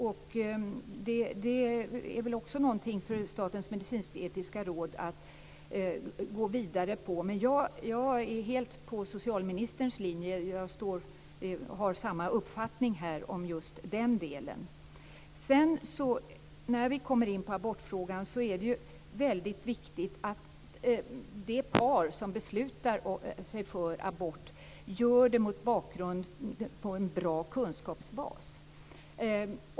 Det är väl också någonting för Statens medicinsk-etiska råd att gå vidare med. Jag är helt på socialministerns linje. Jag har samma uppfattning om just den delen. När vi kommer in på abortfrågan är det väldigt viktigt att det par som beslutar sig för abort gör det mot bakgrund av en bra kunskapsbas.